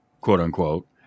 quote-unquote